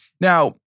Now